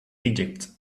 egypt